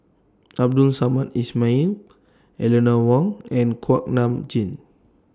Abdul Samad Ismail Eleanor Wong and Kuak Nam Jin